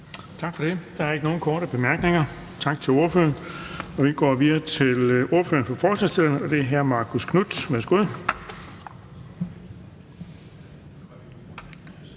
Tak for det. Der er ikke nogen korte bemærkninger. Tak til ordføreren. Og vi går videre til ordføreren for forslagsstillerne, og det er hr. Marcus Knuth. Værsgo.